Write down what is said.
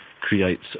creates